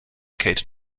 kate